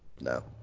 No